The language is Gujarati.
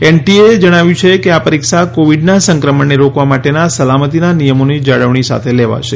એનટીએએ જણાવ્યું છે કે આ પરીક્ષા કોવિડના સંક્રમણને રોકવા માટેના સલામતીના નિયમોની જાળવણી સાથે લેવાશે